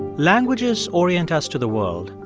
languages orient us to the world.